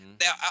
Now